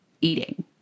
eating